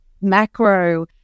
macro